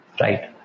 Right